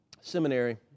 Seminary